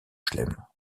chelem